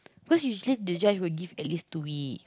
cause usually the judge will give at least two week